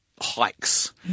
hikes